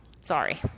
Sorry